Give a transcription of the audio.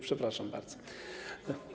Przepraszam bardzo.